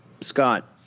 Scott